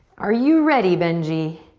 are you ready, benji,